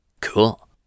cool